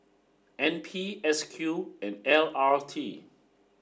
N P S Q and L R T